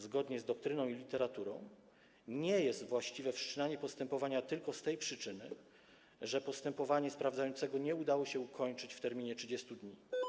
Zgodnie z doktryną i literaturą nie jest właściwe wszczynanie postępowania tylko z tej przyczyny, że postępowania sprawdzającego nie udało się ukończyć w terminie 30 dni.